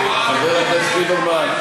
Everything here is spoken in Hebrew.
חבר הכנסת ליברמן,